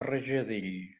rajadell